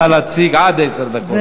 נא להציג עד עשר דקות.